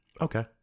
Okay